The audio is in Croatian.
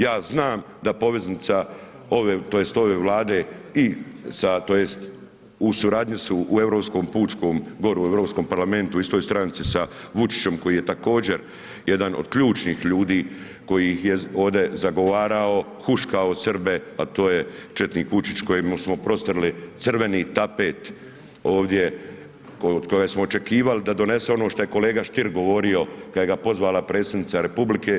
Ja znam da poveznica, tj. ove vlade, i tj. u suradnji su u europskom pučkom, gore u Europskom parlamentu u istoj stranci sa Vučićem, koji je također, jedan od ključnih ljudi, koji je ovdje zagovarao, huškao Srbe, a to je četnik Vučić, kojemu smo postrli crveni tapet ovdje, od kojeg smo očekivali da donese ono što je kolega Stier govorio, kada ga je pozvala predsjednica Republike.